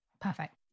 perfect